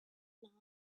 night